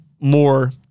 more